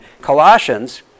Colossians